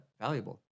valuable